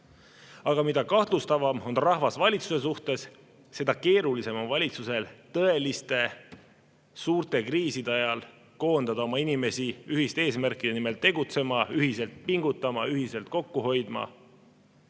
olla. Mida kahtlustavam on rahvas valitsuse suhtes, seda keerulisem on valitsusel tõeliste suurte kriiside ajal koondada inimesi ühiste eesmärkide nimel tegutsema, ühiselt pingutama, ühiselt kokku hoidma. Praegu